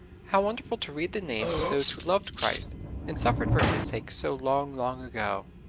how wonderful to read the names of those who loved christ and suffered for his sake so long, long ago!